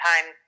time